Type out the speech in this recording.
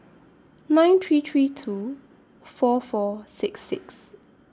nine three three two four four six six